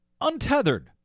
untethered